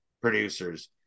producers